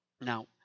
Now